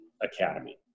academy